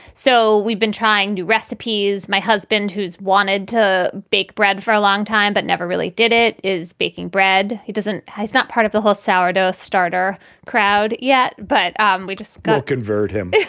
so we've been trying new recipes. my husband, who's wanted to bake bread for a long time but never really did it, is baking bread. he doesn't he's not part of the whole salvado starter crowd yet. but and we just got convert him.